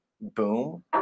boom